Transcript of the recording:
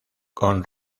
con